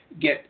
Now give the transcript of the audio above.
get